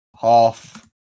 half